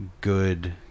Good